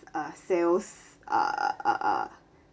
uh sales err